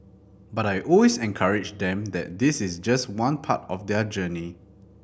but I always encourage them that this is just one part of their journey